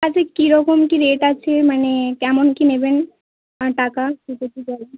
আচ্ছা কীরকম কী রেট আছে মানে কেমন কী নেবেন টাকা যদি যাই